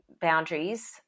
boundaries